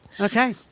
Okay